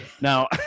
Now